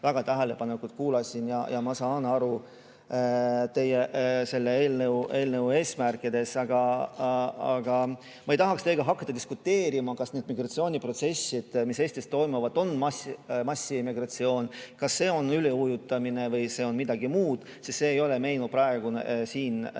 väga tähelepanelikult kuulasin. Ja ma saan aru teie selle eelnõu eesmärkidest. Aga ma ei tahaks teiega hakata diskuteerima, kas need migratsiooniprotsessid, mis Eestis toimuvad, on massiimmigratsioon, kas see on üleujutamine või see on midagi muud. Olles siin komisjoni esimehena